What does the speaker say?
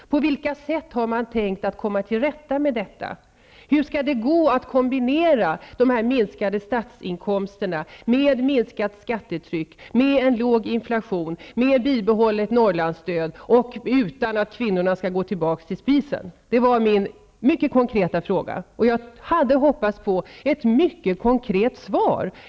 På vilket sätt har man tänkt komma till rätta med detta? Hur kan det gå att kombinera de minskade statsinkomsterna med minskat skattetryck, med en låg inflation, med bibehållet Norrlandsstöd? Detta utan att kvinnorna skall gå tillbaka till spisen. Det var mina mycket konkreta frågor, och jag hade hoppats på ett mycket konkret svar.